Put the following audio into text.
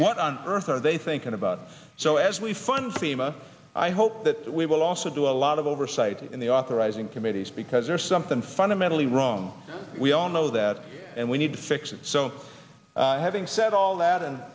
what on earth are they thinking about so as we fund sima i hope that we will also do a lot of oversight in the authorizing committees because there's something fundamentally wrong we all know that and we need to fix it so having said all that and